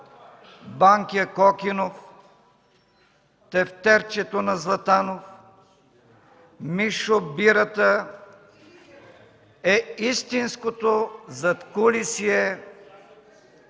„Банкя – Кокинов – тефтерчето на Златанов – Мишо Бирата” е истинското задкулисие